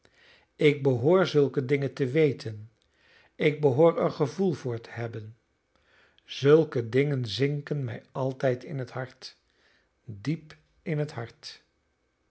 ik behoor zulke dingen te weten ik behoor er gevoel voor te hebben zulke dingen zinken mij altijd in het hart diep in het hart